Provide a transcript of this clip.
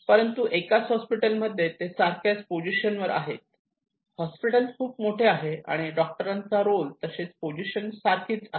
परंतु एकाच हॉस्पिटल मध्ये ते सारख्याच पोझिशन वर आहेत हॉस्पिटल खूप मोठे आहे आणि डॉक्टरांचा रोल तसेच पोझिशन सारखीच आहे